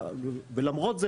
ולמרות זה,